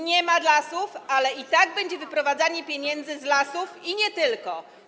Nie ma lasów, ale i tak będzie wyprowadzanie pieniędzy z lasów i nie tylko.